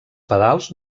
pedals